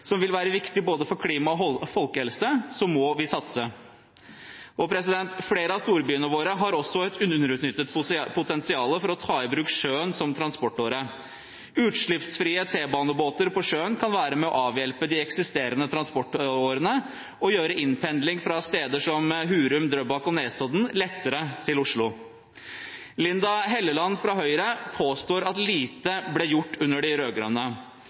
som vil være viktig for både klima og folkehelse, må vi satse. Flere av storbyene våre har også et underutnyttet potensial for å ta i bruk sjøen som transportåre. Utslippsfrie T-banebåter på sjøen kan være med og avhjelpe de eksisterende transportårene og gjøre innpendling til Oslo fra steder som Hurum, Drøbak og Nesodden lettere. Linda C. Hofstad Helleland fra Høyre påstår at lite ble gjort under de